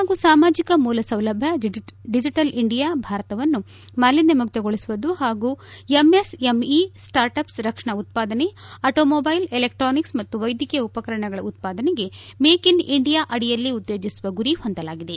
ಹಾಗೂ ಸಾಮಾಜಿಕ ಮೂಲಸೌಲಭ್ಯ ಡಿಜೆಟಲ್ ಇಂಡಿಯಾ ಭೌತಿಕ ಭಾರತವನ್ನು ಮಾಲಿನ್ನಮುಕ್ತಗೊಳಿಸುವುದು ಹಾಗೂ ಎಂಎಸ್ಎಂಇ ಸ್ವಾರ್ಟ್ ಅಪ್ಪ್ ರಕ್ಷಣಾ ಉತ್ತಾದನೆ ಅಟೋಮೊಬೈಲ್ ಎಲೆಕ್ಟಾನಿಕ್ಸ್ ಮತ್ತು ವೈದ್ಯಕೀಯ ಉಪಕರಣಗಳ ಉತ್ಪಾದನೆಗೆ ಮೇಕ್ ಇನ್ ಇಂಡಿಯಾ ಅಡಿಯಲ್ಲಿ ಉತ್ಗೇಜಿಸುವ ಗುರಿ ಹೊಂದಲಾಗಿದೆ